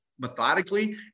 methodically